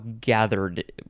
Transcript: gathered